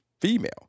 female